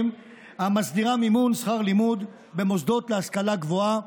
המסדירה מימון שכר לימוד במוסדות להשכלה גבוהה,